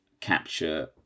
capture